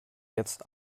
jetzt